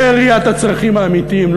בראיית הצרכים האמיתיים,